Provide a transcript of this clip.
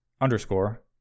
underscore